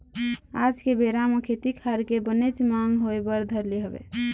आज के बेरा म खेती खार के बनेच मांग होय बर धर ले हवय